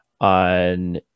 on